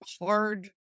hard